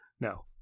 no